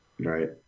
Right